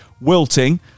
wilting